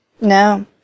No